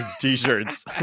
t-shirts